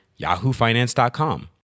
yahoofinance.com